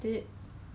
but 我没有骗你